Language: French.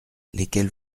lesquels